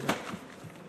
תודה.